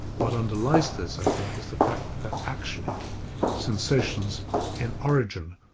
what underlies this, i think is the fact that actually sensations in origin,